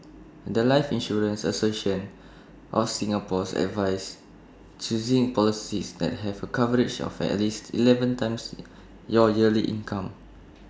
The Life insurance association of Singapore's advises choosing policies that have A coverage of at least Eleven times your yearly income